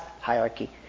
hierarchy